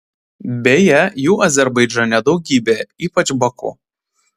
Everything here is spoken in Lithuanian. beje jų azerbaidžane daugybė ypač baku